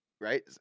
Right